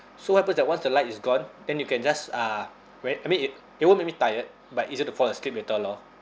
so what happens that once the light is gone then you can just uh wea~ I mean it it won't make me tired but easier to fall asleep later lor